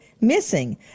missing